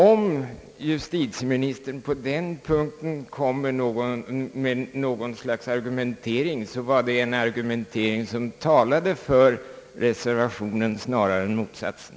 Om justitieministern på den punkten ville komma med något slags argumentering, så var det väl en argumentering som talade för reservationen snarare än motsatsen.